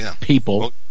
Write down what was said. people